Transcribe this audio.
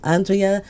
Andrea